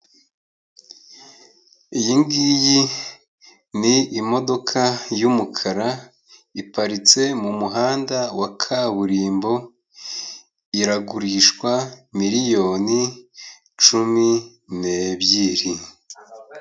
Iyi ngiyi ni imodoka y'umukara, iparitse mu muhanda wa kaburimbo, iragurishwa miliyoni cumi n'ebyiri.